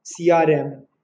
CRM